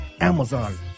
Amazon